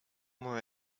more